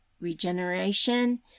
regeneration